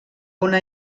una